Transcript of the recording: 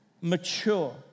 mature